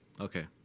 Okay